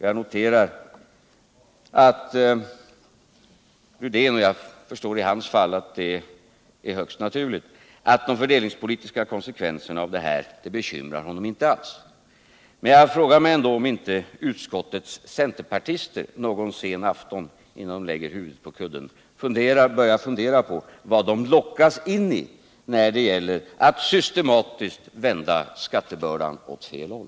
Jag noterar att — och jag förstår att det i hans fall är högst naturligt — de fördelningspolitiska konsekvenserna av detta inte alls bekymrar Rune Rydén. Men jag frågar mig ändå, om inte utskottets centerpartister någon sen afton innan de lägger huvudet på kudden borde börja fundera över vad det är som de lockas in i och som innebär att man systematiskt fördelar skattebördan åt fel håll.